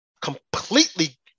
completely